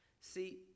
See